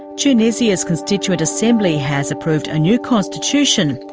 tunisia's constituent assembly has approved a new constitution,